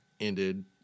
ended